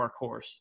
workhorse